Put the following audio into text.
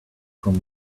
from